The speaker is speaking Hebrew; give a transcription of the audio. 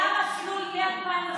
היה מסלול מ-2015, זה נקרא מסלול תעסוקה.